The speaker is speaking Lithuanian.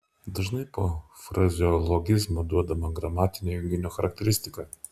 dažnai po frazeologizmo duodama gramatinė junginio charakteristika